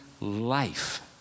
life